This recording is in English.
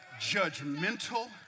judgmental